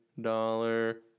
dollar